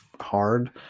hard